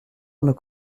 nos